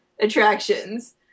attractions